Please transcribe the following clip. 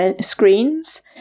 screens